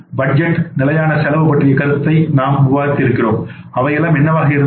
budget நிலையான செலவு பற்றிய கருத்தை நாம் விவாதிக்கிறோம் அவையெல்லாம் என்னவாக இருந்தது